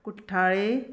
कुट्टाळे